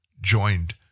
joined